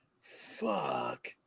Fuck